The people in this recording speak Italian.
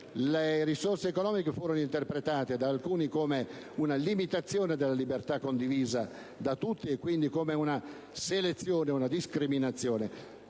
previsione fu interpretata da alcuni come una limitazione della libertà condivisa da tutti, e quindi come una selezione, una discriminazione.